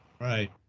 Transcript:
Right